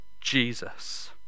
Jesus